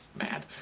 mad.